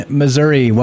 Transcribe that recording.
missouri